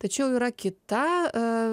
tačiau yra kita